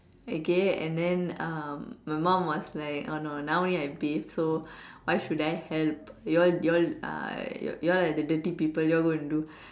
okay and then um my mom was like oh no now I bath so why should I help you all you all your are the dirty people you all go and do